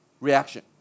reaction